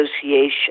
association